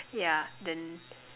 yeah then